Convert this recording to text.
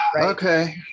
Okay